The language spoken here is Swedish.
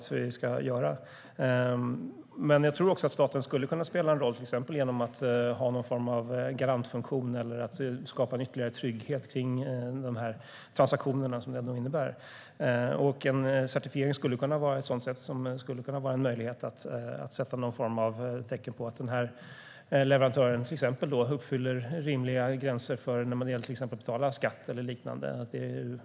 Men jag tror också att staten skulle kunna spela en roll, till exempel genom att ha någon form av garantfunktion eller genom att skapa ytterligare trygghet kring de transaktioner som detta ändå innebär. En certifiering skulle kunna vara ett sätt för att visa att en viss leverantör till exempel uppfyller rimliga krav när det gäller att betala skatt och liknande.